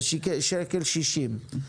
1.60 שקלים.